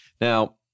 Now